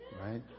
right